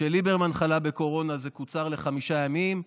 כשליברמן חלה בקורונה זה קוצר לחמישה ימים.